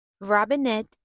Robinette